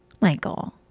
Michael